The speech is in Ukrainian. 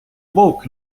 вовк